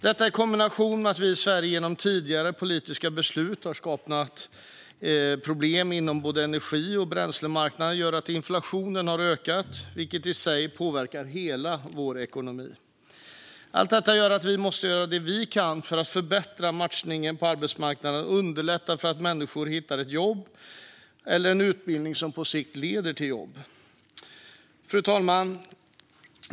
Detta i kombination med att vi i Sverige genom tidigare politiska beslut har skapat problem inom både energi och bränslemarknaden gör att inflationen ökat, vilket i sig påverkar hela ekonomin. Allt detta gör att vi måste göra det vi kan för att förbättra matchningen på arbetsmarknaden och underlätta för människor att hitta ett jobb eller en utbildning som på sikt leder till jobb. Fru talman!